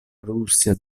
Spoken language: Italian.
russia